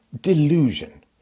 delusion